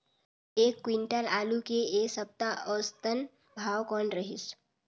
एक क्विंटल आलू के ऐ सप्ता औसतन भाव कौन रहिस?